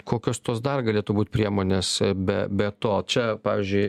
kokios tos dar galėtų būt priemonės be be to čia pavyzdžiui